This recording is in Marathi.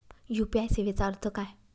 यू.पी.आय सेवेचा अर्थ काय?